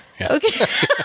Okay